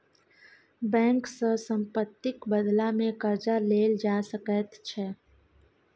bank सँ सम्पत्तिक बदलामे कर्जा लेल जा सकैत छै